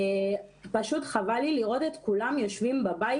פשוט חבל לי לראות את כולם יושבים בבית,